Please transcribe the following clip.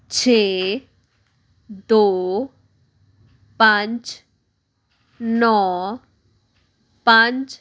ਛੇ ਦੋ ਪੰਜ ਨੌਂ ਪੰਜ